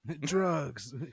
Drugs